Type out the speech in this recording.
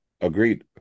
Agreed